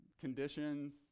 conditions